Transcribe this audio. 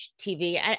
TV